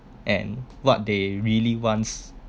and what they really wants